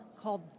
called